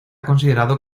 considerado